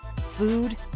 food